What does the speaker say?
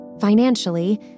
Financially